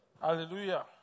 Hallelujah